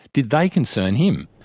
did they concern him?